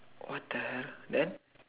what the hell then